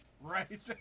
Right